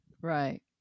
right